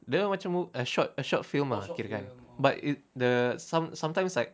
dia macam a short a short film ah kirakan but it the som~ sometimes like